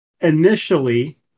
Initially